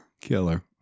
Killer